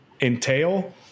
entail